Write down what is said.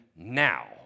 now